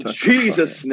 jesus